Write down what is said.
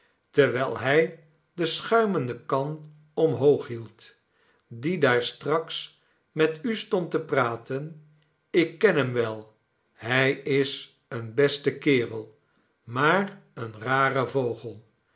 terwijl hij de schuimende kan omhoog hield die daar straks met u stond te praten ik ken hem wel hij is een beste kerel maar een rare